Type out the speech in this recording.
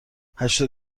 هشتاد